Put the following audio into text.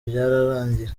byararangiye